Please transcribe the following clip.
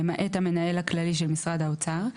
למעט המנהל הכללי של משרד האוצר,